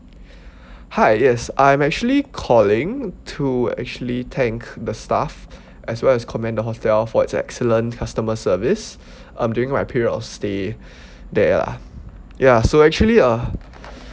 hi yes I'm actually calling to actually thank the staff as well as commend the hotel for its excellent customer service um during my period of stay they are ya so actually uh